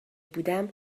بودم